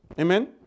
Amen